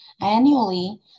Annually